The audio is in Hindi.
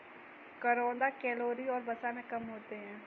करौंदा कैलोरी और वसा में कम होते हैं